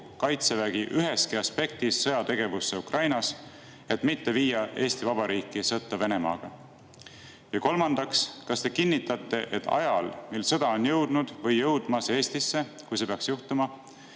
Kaitsevägi üheski aspektis sõjategevusse Ukrainas, et mitte viia Eesti Vabariiki sõtta Venemaaga? Ja kolmandaks, kas te kinnitate, et ajal, mil sõda on jõudnud või jõudmas Eestisse – kui see peaks juhtuma